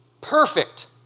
perfect